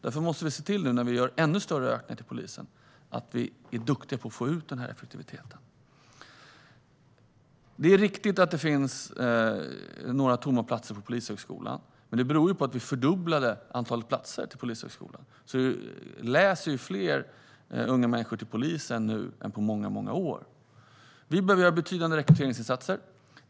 När vi nu gör ännu större ökningar till polisen måste vi därför se till att vara duktiga på att få ut effektiviteten. Det är riktigt att det finns några tomma platser på Polishögskolan. Men det beror på att vi fördubblade antalet platser. Det är fler unga människor som läser till polis nu än på många år. Vi behöver göra betydande rekryteringsinsatser.